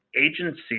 agency